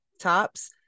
tops